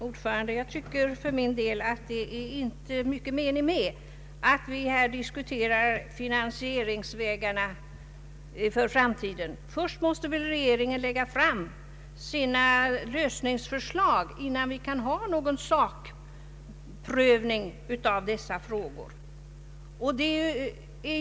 Herr talman! Jag tycker för min del att det inte är mycken mening med att vi här diskuterar finansieringsvägarna för framtiden. Först måste väl regeringen lägga fram sina lösningsförslag innan vi kan ha någon sakprövning av dessa frågor.